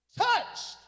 touched